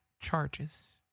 charges